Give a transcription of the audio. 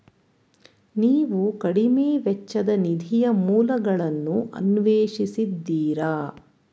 ನೀವು ಕಡಿಮೆ ವೆಚ್ಚದ ನಿಧಿಯ ಮೂಲಗಳನ್ನು ಅನ್ವೇಷಿಸಿದ್ದೀರಾ?